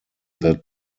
that